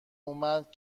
اومد